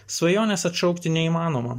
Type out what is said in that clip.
svajonės atšaukti neįmanoma